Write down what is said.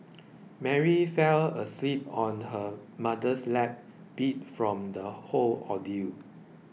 Mary fell asleep on her mother's lap beat from the whole ordeal